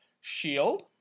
Shield